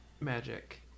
magic